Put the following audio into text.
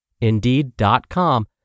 Indeed.com